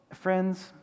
friends